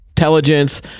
Intelligence